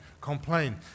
complain